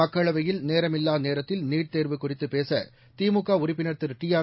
மக்களவையில் நேரமில்லா நேரத்தில் நீட் தேர்வு குறித்து பேசு திமுக உறுப்பினர் திரு டிஆர்